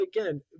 again